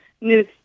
news